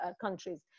countries